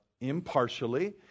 impartially